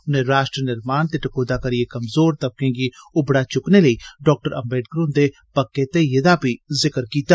उनें राष्ट्र निर्माण ते टकोह्दा करियै कमजोर तबकें गी उबड़ा चुक्कने लेई डाक्टर अम्बेडकर हुंदे पक्के ध्येइये दा बी जिक्र कीता